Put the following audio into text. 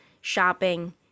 shopping